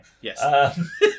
yes